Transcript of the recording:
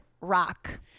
Rock